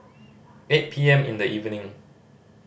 eight P M in the evening